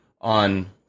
on